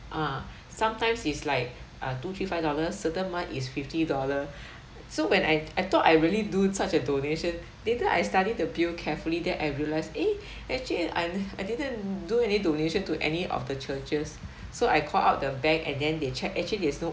ah sometimes is like uh two three five dollars certain month is fifty dollar so when I I thought I really do such a donation later I study the bill carefully then I realise eh actually I I didn't do any donation to any of the churches so I call up the bank and then they check actually there's no